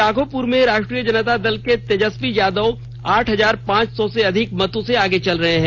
राघोपुर में राष्ट्रीय जनता दल के तेजस्वी यादव आठ हजार पांच सौ से अधिक मतों से आगे चल रहे हैं